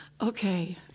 okay